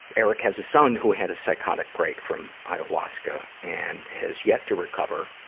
eric has a son who had a psychotic break from ayahuasca and has yet to recover,